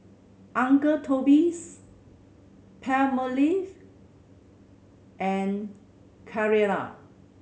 Uncle Toby's Palmolive and Carrera